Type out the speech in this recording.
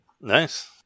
nice